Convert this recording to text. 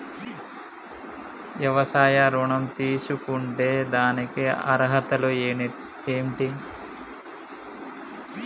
వ్యవసాయ ఋణం తీసుకుంటే దానికి అర్హతలు ఏంటి?